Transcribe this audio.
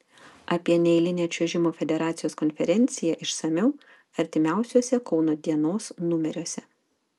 apie neeilinę čiuožimo federacijos konferenciją išsamiau artimiausiuose kauno dienos numeriuose